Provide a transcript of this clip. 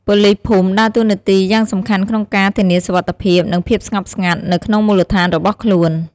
ប៉ូលីសភូមិដើរតួនាទីយ៉ាងសំខាន់ក្នុងការ ធានាសុវត្ថិភាព និងភាពស្ងប់ស្ងាត់ នៅក្នុងមូលដ្ឋានរបស់ខ្លួន។